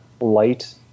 light